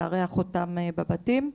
לארח אותם בבתים.